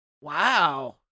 Wow